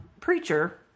preacher